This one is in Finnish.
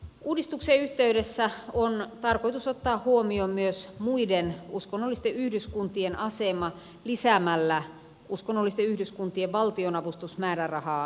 uudistuksen yhteydessä on tarkoitus ottaa huomioon myös muiden uskonnollisten yhdyskuntien asema lisäämällä uskonnollisten yhdyskuntien valtionavustusmäärärahaa miljoonalla eurolla